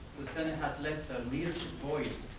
the senate has let the leadership voice,